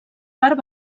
part